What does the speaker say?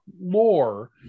lore